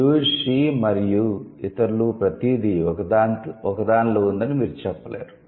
'you she మరియు ఇతరులు' ప్రతిదీ ఒకదానిలో ఉందని మీరు చెప్పలేరు